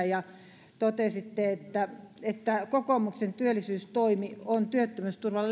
ja totesitte että että kokoomuksen työllisyystoimi on työttömyysturvan